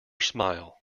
smile